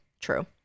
true